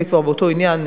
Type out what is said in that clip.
אם אני כבר באותו עניין,